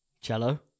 cello